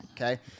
okay